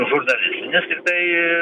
žurnalistinis tiktai